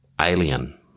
Alien